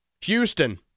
Houston